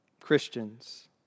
Christians